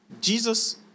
Jesus